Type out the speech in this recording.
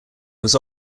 was